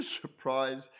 surprise